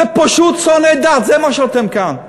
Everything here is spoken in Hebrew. זה פשוט שונאי דת, זה מה שאתם כאן.